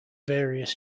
various